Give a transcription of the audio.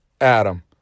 Adam